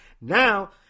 Now